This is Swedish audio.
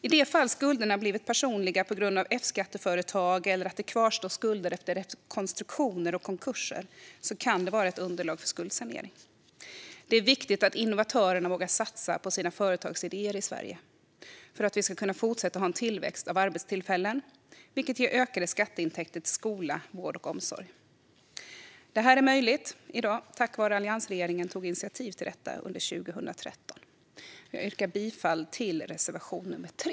I det fall skulderna blivit personliga på grund av F-skattföretag eller att det kvarstår skulder efter rekonstruktioner och konkurser kan det vara ett underlag för skuldsanering. Det är viktigt att innovatörerna vågar satsa på sina företagsidéer i Sverige för att vi ska kunna fortsätta ha en tillväxt av arbetstillfällen, vilket ger ökade skatteintäkter till skola, vård och omsorg. Det är möjligt i dag tack vare att alliansregeringen tog initiativ till detta under 2013. Jag yrkar bifall till reservation nr 3.